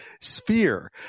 sphere